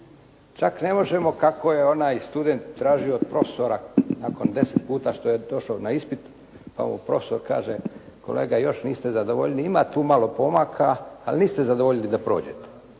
Čak ne možemo kako je onaj student tražio od profesora nakon 10 puta što je došao na ispit pa mu profesor kaže kolega još niste zadovoljili. Ima tu malo pomaka ali niste zadovoljili da prođete,